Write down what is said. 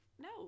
no